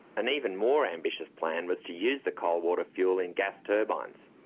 an even more ambitious plan was to use the coal-water fuel in gas turbines.